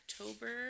October